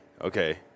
okay